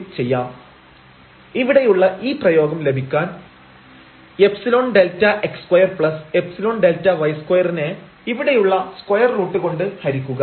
⟹ Δz dzϵ Δρϵ √Δx2Δy2 ϵ Δx2Δy2√Δx2Δy2 ഇവിടെയുള്ള ഈ പ്രയോഗം ലഭിക്കാൻ ϵΔx2Δy2 നെ ഇവിടെയുള്ള സ്ക്വയർ റൂട്ട് കൊണ്ട് ഹരിക്കുക